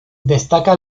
destaca